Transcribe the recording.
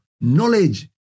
knowledge